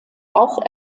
auch